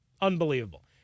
Unbelievable